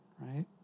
right